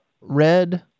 red